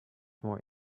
more